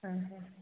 ಹಾಂ ಹಾಂ ಓಕೆ